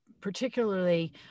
particularly